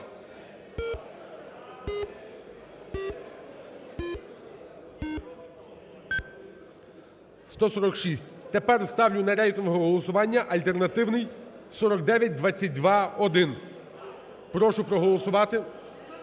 За-146 Тепер ставлю на рейтингове голосування альтернативний 4922-1. Прошу проголосувати.